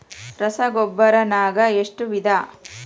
ರಸಗೊಬ್ಬರ ನಾಗ್ ಎಷ್ಟು ವಿಧ?